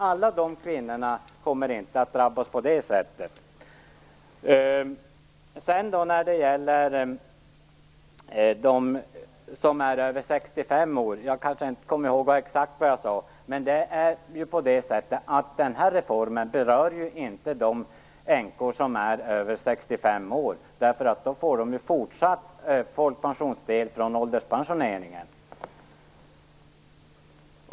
Alla dessa kvinnor kommer alltså inte att drabbas på detta sätt. När det gäller dem som är över 65 vill jag säga att reformen inte berör änkor som är över 65 år. De får ju fortsatt en folkpensionsdel från ålderspensionen.